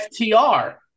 FTR